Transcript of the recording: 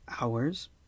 hours